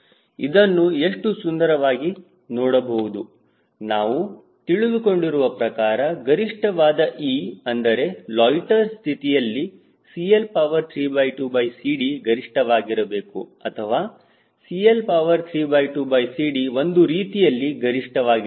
ಇದನ್ನು ಎಷ್ಟು ಸುಂದರವಾಗಿ ನೋಡಬಹುದು ನಾವು ತಿಳಿದುಕೊಂಡಿರುವ ಪ್ರಕಾರ ಗರಿಷ್ಠವಾದ E ಅಂದರೆ ಲೊಯ್ಟ್ಟೆರ್ ಸ್ಥಿತಿಯಲ್ಲಿ CL32CD ಗರಿಷ್ಠವಾಗಿರಬೇಕು ಅಥವಾ CL32CDಒಂದು ರೀತಿಯಲ್ಲಿ ಗರಿಷ್ಠವಾಗಿರಬೇಕು